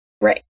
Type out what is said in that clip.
Right